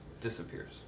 disappears